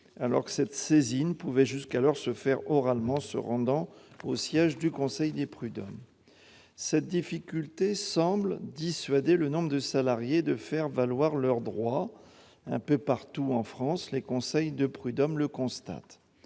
alors que cette saisine pouvait jusqu'alors se faire oralement en se rendant au siège du conseil des prud'hommes. Cette difficulté semble dissuader le nombre de salariés de faire valoir leurs droits. Un peu partout en France, les conseils de prud'hommes le constatent.